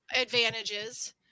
advantages